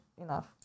enough